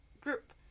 group